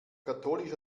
katholisch